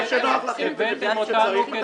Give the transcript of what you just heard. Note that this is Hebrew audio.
מתי שנוח לכם אתם מביאים את מה שצריך,